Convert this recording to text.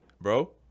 bro